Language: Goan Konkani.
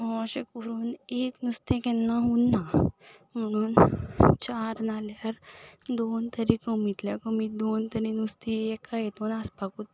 अशें करून एक नुस्तें केन्ना उरना म्हणून चार ना जाल्यार दोन तरी कमींतल्या कमी दोन तरी नुस्तीं एका हितून आसपाकूच जाय